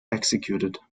executed